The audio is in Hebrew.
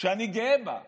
שאני גאה בה,